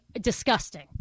Disgusting